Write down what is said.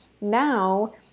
Now